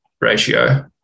ratio